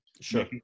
Sure